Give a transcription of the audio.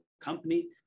company